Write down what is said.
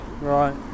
right